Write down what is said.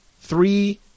three